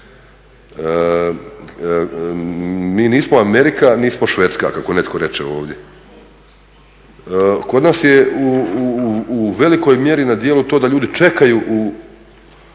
Mi nismo Amerika, nismo Švedska kako netko reče ovdje. Kod nas je u velikoj mjeri na djelu to da ljudi čekaju u